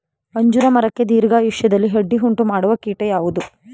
ಅಂಜೂರ ಮರಕ್ಕೆ ದೀರ್ಘಾಯುಷ್ಯದಲ್ಲಿ ಅಡ್ಡಿ ಉಂಟು ಮಾಡುವ ಕೀಟ ಯಾವುದು?